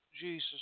Jesus